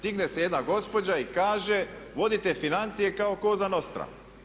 Digne se jedna gospođa i kaže vodite financije kao cosa nostra.